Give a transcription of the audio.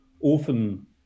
often